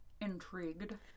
intrigued